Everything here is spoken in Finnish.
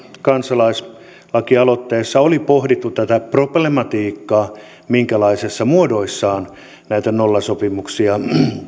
kansalaisaloitteessa oli pohdittu tätä problematiikkaa minkälaisissa muodoissaan näitä nollasopimuksia